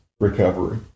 recovery